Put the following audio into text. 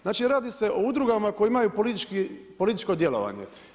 Znači radi se o udrugama koje imaju političko djelovanje.